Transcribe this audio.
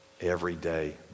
everyday